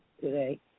today